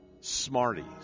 Smarties